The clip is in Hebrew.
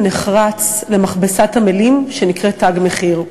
נחרץ למכבסת המילים שנקראת "תג מחיר".